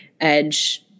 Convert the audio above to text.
Edge